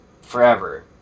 forever